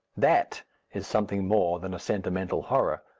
that is something more than a sentimental horror.